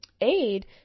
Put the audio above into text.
aid